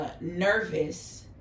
Nervous